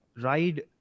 ride